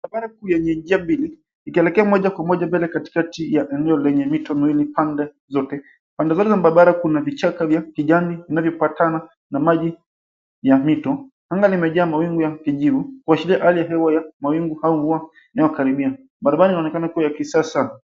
Barabara kuu yenye njia mbili, ikielekea moja kwa moja mbele katikati ya eneo lenye mito miwili pande zote. Pande zote za barabara kuna vichaka vya kijani vinavyopatana na maji ya mito. Anga limejaa mawingu ya kijivu, kuashiria hali ya hewa ya mawingu au mvua inakaribia. Barabarani inaonekana kuwa ya kisasa.